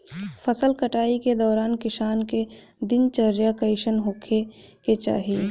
फसल कटाई के दौरान किसान क दिनचर्या कईसन होखे के चाही?